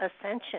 ascension